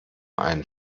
einen